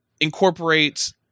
incorporates